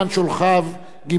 גמלאי ישראל,